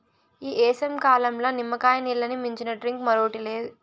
ఈ ఏసంకాలంల నిమ్మకాయ నీల్లని మించిన డ్రింక్ మరోటి లే